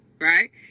right